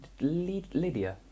Lydia